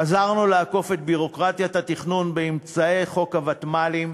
עזרנו לעקוף את ביורוקרטיית התכנון באמצעות חוק הוותמ"לים,